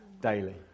daily